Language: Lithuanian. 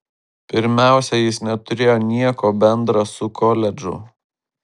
pirmiausia jis neturėjo nieko bendra su koledžu